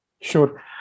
Sure